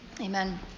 Amen